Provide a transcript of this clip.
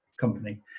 company